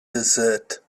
desert